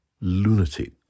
lunatic